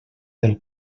del